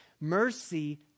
Mercy